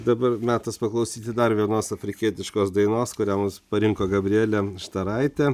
dabar metas paklausyti dar vienos afrikietiškos dainos kurią mums parinko gabrielė štaraitė